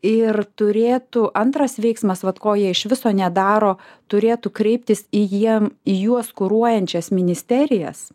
ir turėtų antras veiksmas vat ko jie iš viso nedaro turėtų kreiptis į jiem į juos kuruojančias ministerijas